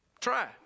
Try